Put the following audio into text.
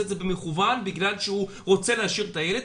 את זה במכוון בגלל שהוא רוצה להשאיר את הילד,